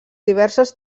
diverses